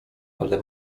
ale